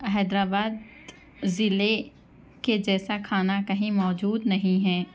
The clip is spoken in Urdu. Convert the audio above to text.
حیدرآباد ضلع کے جیسا کھانا کہیں موجود نہیں ہیں